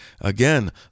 Again